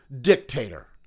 dictator